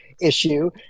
issue